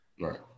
Right